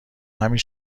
همین